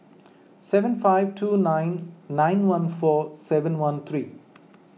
seven five two nine nine one four seven one three